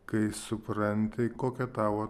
kai supranti kokia tavo